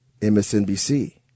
MSNBC